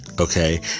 Okay